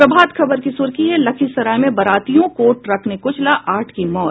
प्रभात खबर की सुर्खी है लखीसराय में बरातियों को ट्रक ने कुचला आठ की मौत